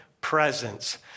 presence